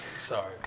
sorry